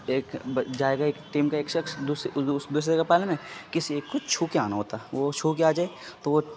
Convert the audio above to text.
ایک جائے گا ایک ٹیم کا ایک شخص دوسرے کے پالے میں کسی ایک کو چھو کے آنا ہوتا ہے وہ چھو کے آ جائے تو وہ